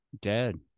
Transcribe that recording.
Dead